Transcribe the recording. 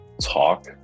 talk